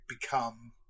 become